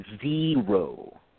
zero